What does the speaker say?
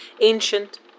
ancient